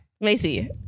Macy